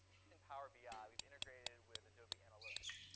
using power bi, ah we've integrated with adobe analytics.